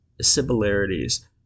similarities